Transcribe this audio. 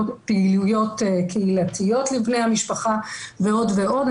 פעילויות קהילתיות לבני המשפחה ועוד ועוד,